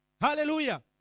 Hallelujah